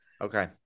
Okay